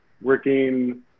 working